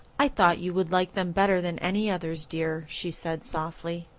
i thought you would like them better than any others, dear, she said softly.